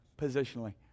positionally